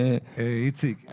אדוני היושב ראש,